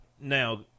now